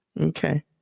Okay